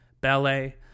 ballet